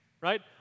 right